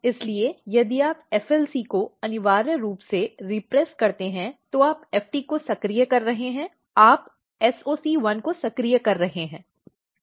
इसलिए यदि आप FLC को अनिवार्य रूप से दबाते हैं तो आप FT को सक्रिय कर रहे हैं आप SOC1 को सक्रिय कर रहे हैं